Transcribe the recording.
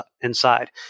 inside